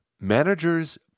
Managers